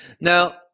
Now